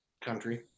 country